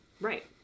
Right